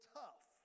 tough